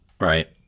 Right